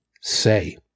say